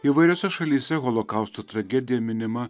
įvairiose šalyse holokausto tragedija minima